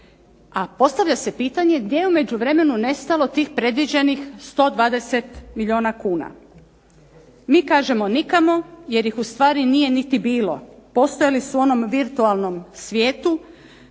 A postavlja se pitanje gdje je u međuvremenu nestalo tih predviđenih 120 milijuna kuna? Mi kažemo nikamo, jer ih u stvari nije niti bilo. Postojali su u onom virtualnom svijetu